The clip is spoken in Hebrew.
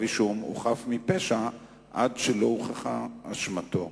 אישום הוא חף מפשע כל עוד לא הוכחה אשמתו.